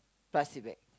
plastic bag